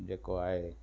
जेको आहे